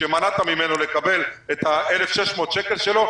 שמנעת ממנו לקבל את ה-1,600 שקלים שלו,